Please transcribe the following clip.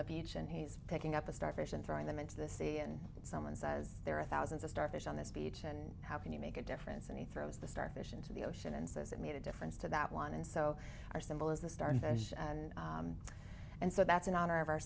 the beach and he's picking up a starfish and throwing them into the sea and someone says there are thousands of starfish on this beach and how can you make a difference and he throws the starfish into the ocean and says it made a difference to that one and so our symbol is the star and and so that's in honor of our